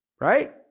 Right